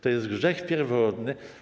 To jest grzech pierworodny.